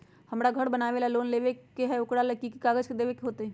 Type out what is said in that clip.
हमरा घर बनाबे ला लोन लेबे के है, ओकरा ला कि कि काग़ज देबे के होयत?